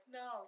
no